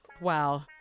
Wow